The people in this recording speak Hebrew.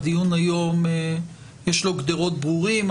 לדיון היום יש גדרות ברורים,